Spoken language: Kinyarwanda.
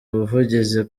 ubuvugizi